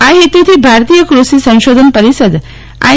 આ હેતુ થી ભારતીય કૃષી સંશોધન પરિષદ આઈ